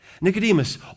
Nicodemus